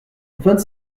vingt